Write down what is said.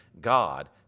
God